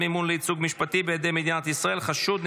מימון לייצוג משפטי בידי מדינת ישראל (חשוד (חשוד,